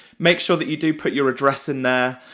make sure that you do put your address in there,